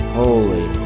holy